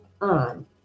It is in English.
on